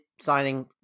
signing